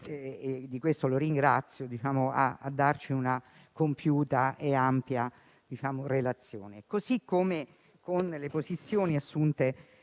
e di questo lo ringrazio - attraverso una compiuta e ampia relazione, così come con le posizioni assunte